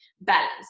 balance